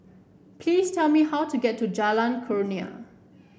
please tell me how to get to Jalan Kurnia